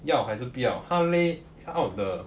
要还是不要他 lay out the